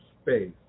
space